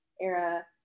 era